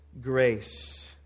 Grace